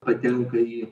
patenka į